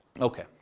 Okay